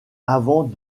avant